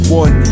one